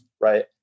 right